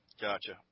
Gotcha